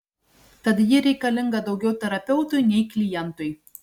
tad ji reikalinga daugiau terapeutui nei klientui